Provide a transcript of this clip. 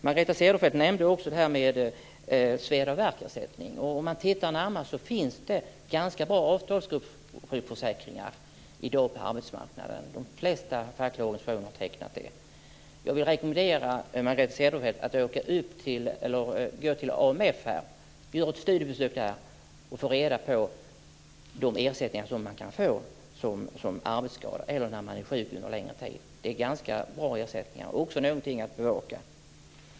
Margareta Cederfelt nämnde också det här med sveda-och-värk-ersättning. Tittar man närmare kan man se att det finns ganska bra avtalsgruppsjukförsäkringar på arbetsmarknaden i dag. De flesta fackliga organisationer har tecknat sådana. Jag vill rekommendera Margareta Cederfelt att göra ett studiebesök på AMF och få reda på vilka ersättningar man kan få vid arbetsskada eller när man är sjuk en längre tid. Det är ganska bra ersättningar och också någonting att bejaka.